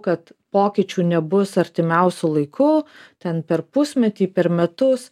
kad pokyčių nebus artimiausiu laiku ten per pusmetį per metus